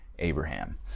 Abraham